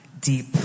deep